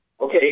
okay